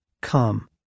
Come